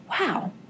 wow